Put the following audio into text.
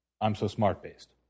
I'm-so-smart-based